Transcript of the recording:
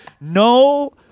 No